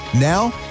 Now